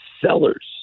sellers